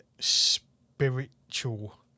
spiritual